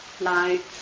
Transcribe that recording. lights